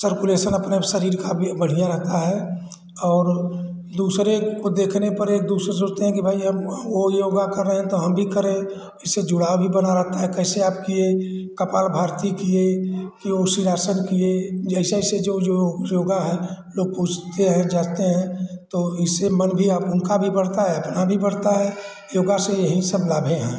circulation अपने आप शरीर का भी बढ़िया रहता है और दूसरे को देखने पर एक दूसरे सोचते हैं कि भाइ अब वो योग कर रहे हैं तो हम भी करें इससे जुड़ाव भी बना रहता है कैसे आपकी कपालभाती किये ये वो शिरासन किये जैसे ऐसे जो योग योग है लोग पूछते हैं जानते हैं तो इससे मन भी आप उनका भी बढ़ता है अपना भी बढ़ता है योग से यही सब लाभे हैं